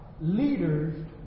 leaders